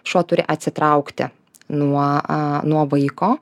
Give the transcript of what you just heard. šuo turi atsitraukti nuo a nuo vaiko